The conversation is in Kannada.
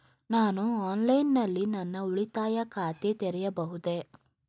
ನಾನು ಆನ್ಲೈನ್ ನಲ್ಲಿ ನನ್ನ ಉಳಿತಾಯ ಖಾತೆ ತೆರೆಯಬಹುದೇ?